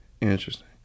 Interesting